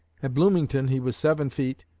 at bloomington he was seven feet,